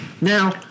Now